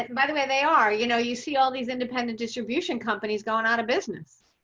and by the way they are, you know, you see all these independent distribution companies going out of business.